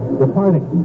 departing